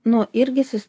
nu irgi sis